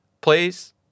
Please